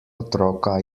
otroka